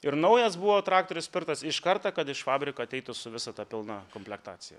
ir naujas buvo traktorius pirktas iš karto kad iš fabriko ateitų su visa ta pilna komplektacija